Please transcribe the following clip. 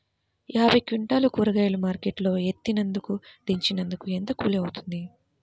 యాభై క్వింటాలు కూరగాయలు మార్కెట్ లో ఎత్తినందుకు, దించినందుకు ఏంత కూలి అవుతుంది?